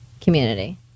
community